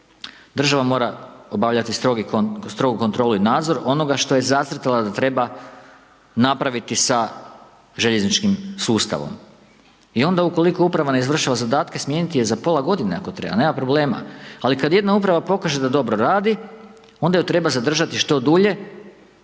Država mora obavljati strogi kontrolni nadzor onoga što je zacrtala da treba napraviti sa željezničkim sustavom i onda ukoliko uprava ne izvršava svoje zadatke, smijeniti je za pola godine, ako treba, nema problema. Ali kad jedna uprava pokaže da dobro radi, onda ju treba zadržati što dulje